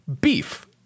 Beef